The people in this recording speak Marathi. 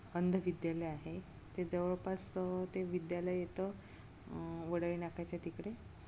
अंधविद्यालय आहे ते जवळपास ते विद्यालय येतं वडळी नाकाच्या तिकडे